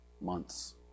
months